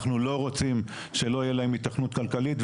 אנחנו לא רוצים שלא תהיה להם היתכנות כלכלית.